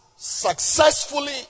successfully